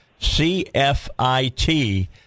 CFIT